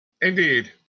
Indeed